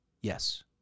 Yes